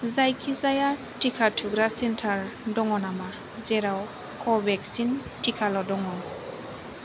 जायखिजाया टिका थुग्रा सेन्टार दङ नामा जेराव कवेक्सिन टिकाल' दङ